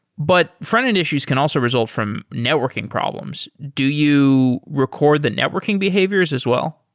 but fronted issues can also result from networking problems. do you record the networking behaviors as well?